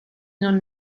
non